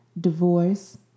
divorce